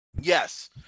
Yes